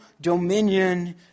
dominion